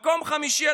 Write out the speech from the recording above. מקום חמישי,